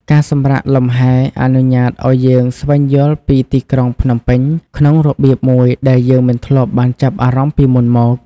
ការសម្រាកលំហែ អនុញ្ញាតឱ្យយើងស្វែងយល់ពីទីក្រុងភ្នំពេញក្នុងរបៀបមួយដែលយើងមិនធ្លាប់បានចាប់អារម្មណ៍ពីមុនមក។